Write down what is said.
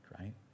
right